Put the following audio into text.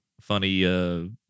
funny